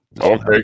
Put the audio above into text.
Okay